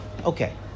okay